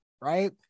Right